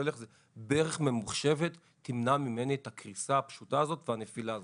ברך ממוחשבת תמנע ממני את הקריסה הפשוטה הזאת והנפילה הזאת,